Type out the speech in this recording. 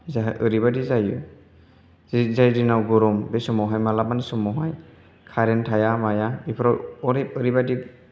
ओरैबादि जायो जे जाय दिनाव गरम बे समावहाय माब्लाबानि समावहाय खारेन्ट थाया माया बेफोराव ओरैबायदि